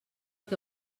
que